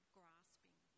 grasping